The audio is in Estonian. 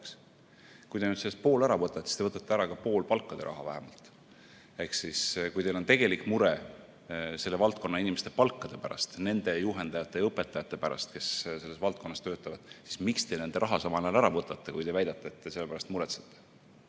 Kui te nüüd sellest poole ära võtate, siis te võtate ära ka vähemalt poole palkade raha. Ehk siis, kui teil on tegelik mure selle valdkonna inimeste palkade pärast, nende juhendajate ja õpetajate pärast, kes selles valdkonnas töötavad, siis miks te nende raha samal ajal ära võtate, kui te väidate, et te selle pärast muretsete?